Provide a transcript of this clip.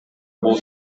бул